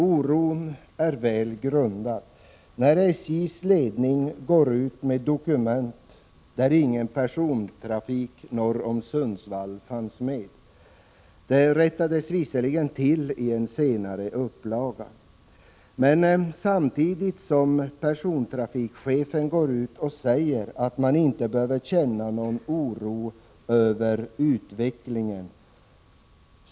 Oron är väl grundad, eftersom SJ:s ledning har gått ut med ett dokument där ingen persontrafik norr om Sundsvall fanns med. Det rättades visserligen till i en senare upplaga. Persontrafikchefen säger att man inte behöver känna någon oro inför utvecklingen.